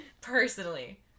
Personally